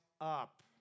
up